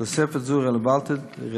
תוספת זו רלוונטית